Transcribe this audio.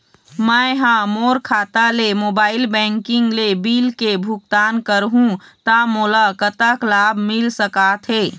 मैं हा मोर खाता ले मोबाइल बैंकिंग ले बिल के भुगतान करहूं ता मोला कतक लाभ मिल सका थे?